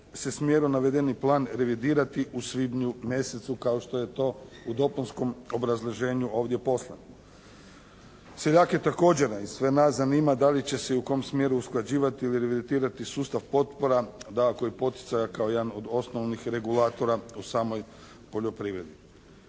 se smjeru navedeni plan revidirati u svibnju mjesecu kao što je to u dopunskom obrazloženju ovdje poslan. Seljake, a također i sve nas zanima da li će se i u kom smjeru usklađivati i … sustav potpora, dakako i poticaja kao jedan od osnovnih regulatora u samoj poljoprivredi.